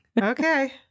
Okay